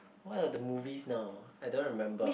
what are the movies now I don't remember